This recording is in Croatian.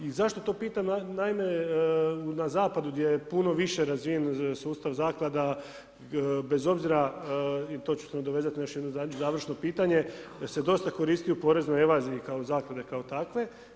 I zašto to pitam, naime, na zapadu gdje je puno više razvijen sustav zaklada, bez obzira i to ću se nadovezat još jednom na završno pitanje, gdje se dosta koristi u poreznoj evaziji, kao zaklade, kao takve.